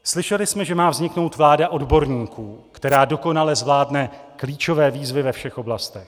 Slyšeli jsme, že má vzniknout vláda odborníků, která dokonale zvládne klíčové výzvy ve všech oblastech.